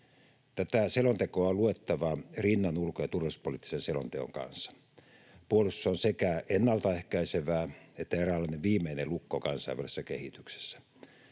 Tätä selontekoa on luettava rinnan ulko- ja turvallisuuspoliittisen selonteon kanssa. Puolustus on sekä ennaltaehkäisevää että eräänlainen viimeinen lukko kansainvälisessä kehityksessä.